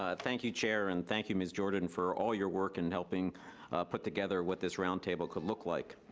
ah thank you, chair, and thank you, mrs. jordan for all your work in helping put together what this roundtable could look like.